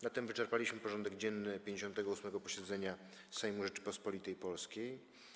Na tym wyczerpaliśmy porządek dzienny 58. posiedzenia Sejmu Rzeczypospolitej Polskiej.